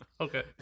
Okay